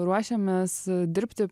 ruošiamės dirbti